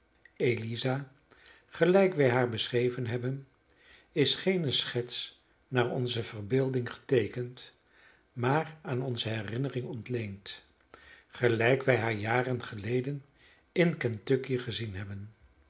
eliza gelijk wij haar beschreven hebben is geene schets naar onze verbeelding geteekend maar aan onze herinnering ontleend gelijk wij haar jaren geleden in kentucky gezien hebben